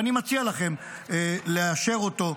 ואני מציע לכם לאשר אותו.